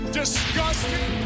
disgusting